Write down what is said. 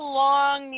long